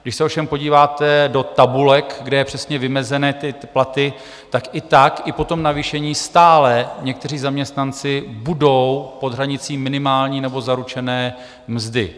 Když se ovšem podíváte do tabulek, kde jsou přesně vymezené ty platy, tak i tak i po tom navýšení stále někteří zaměstnanci budou pod hranicí minimální nebo zaručené mzdy.